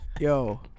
yo